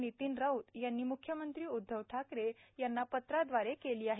नितीन राऊत राऊत यांनी मुख्यमंत्री उध्दव ठाकरे यांना पत्राद्वारे केली आहे